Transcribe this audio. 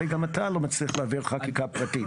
הרי גם אתה לא מצליח להביא חקיקה פרטית.